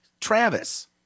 Travis